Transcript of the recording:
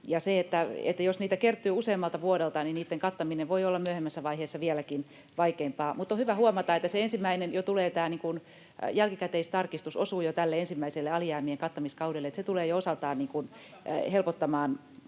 jos niitä kertyy useammalta vuodelta, niitten kattaminen voi olla myöhemmässä vaiheessa vieläkin vaikeampaa. Mutta on hyvä huomata, että se ensimmäinen jälkikäteistarkistus osuu jo tälle ensimmäiselle alijäämien kattamiskaudelle, että se tulee jo osaltaan helpottamaan